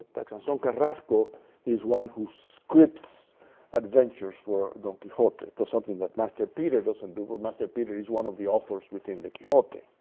like sanson um carrasco is one who scripts adventures for don quixote, does something that master peter doesn't do, but master peter is one of the authors within the quixote.